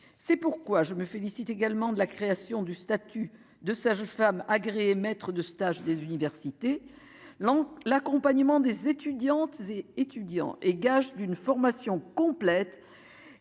c'est pourquoi je me félicite également de la création du statut de sage-femme agréée maître de stage des universités l'an, l'accompagnement des étudiantes et étudiants et gage d'une formation complète